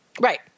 right